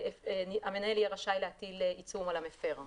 והמנהל יהיה רשאי להטיל עצום על המפר.